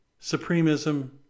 Supremism